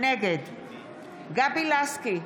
נגד גבי לסקי,